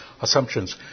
assumptions